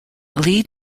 lead